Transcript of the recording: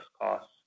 costs